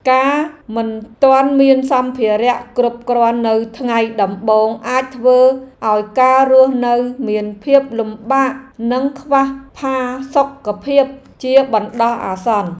ការមិនទាន់មានសម្ភារៈគ្រប់គ្រាន់នៅថ្ងៃដំបូងអាចធ្វើឱ្យការរស់នៅមានភាពលំបាកនិងខ្វះផាសុកភាពជាបណ្ដោះអាសន្ន។